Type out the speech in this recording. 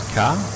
car